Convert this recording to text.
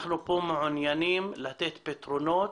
אנחנו פה מעוניינים לתת פתרונות,